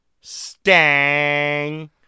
Stang